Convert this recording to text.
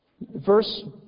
Verse